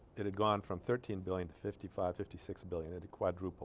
it had gone from thirteen billion to fifty five fifty six billion it had quadrupled